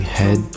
head